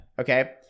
Okay